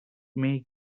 make